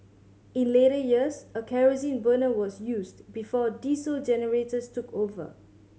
in later years a kerosene burner was used before diesel generators took over